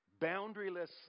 boundaryless